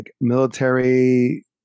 military